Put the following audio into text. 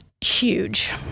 Huge